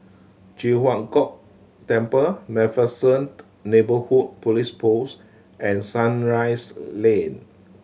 Ji Huang Kok Temple Macpherson Neighbourhood Police Post and Sunrise Lane